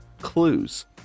clues